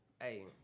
Hey